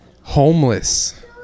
Homeless